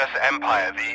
Empire